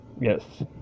yes